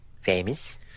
famous